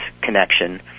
connection